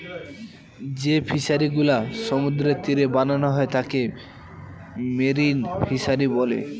যে ফিশারিগুলা সমুদ্রের তীরে বানানো হয় তাকে মেরিন ফিশারী বলে